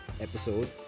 episode